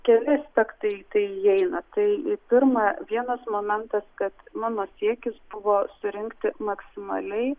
keli aspektai į tai įeina tai pirma vienas momentas kad mano siekis buvo surinkti maksimaliai